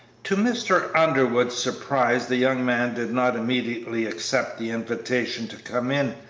to mr. underwood's surprise the young man did not immediately accept the invitation to come in,